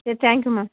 சரி thank you ma'am